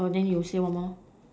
the you say one more